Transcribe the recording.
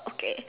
okay